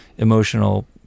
emotional